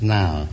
now